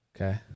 Okay